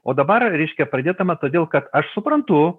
o dabar reiškia pradėdama todėl kad aš suprantu